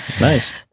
nice